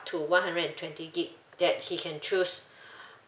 to one hundred and twenty gig that he can choose